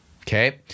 Okay